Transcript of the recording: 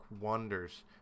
wonders